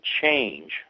change